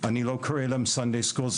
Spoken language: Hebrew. אני לא קורא להם סאנדיי סקולס.